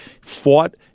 fought